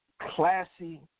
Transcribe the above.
classy